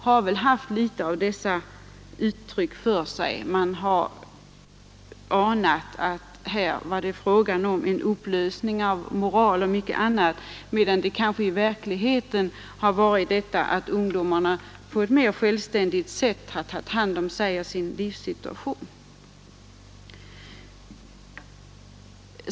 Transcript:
Man har fått intrycket att det här skulle vara fråga om en upplösning av moralen osv., medan det i verkligheten kanske i stället är så att ungdomarna på ett mer självständigt sätt än tidigare har tagit hand om sig själva och sin livssituation.